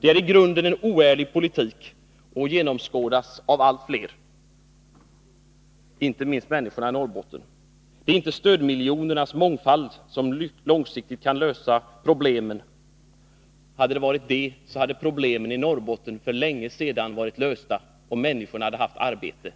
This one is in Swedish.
Det är en i grunden oärlig politik, som genomskådas av allt fler — inte minst av människorna i Norrbotten. Det är inte stödmiljonernas mångfald som långsiktigt kan lösa problemen — hade det varit så, hade problemen i Norrbotten för länge sedan varit lösta, och människorna hade haft arbete.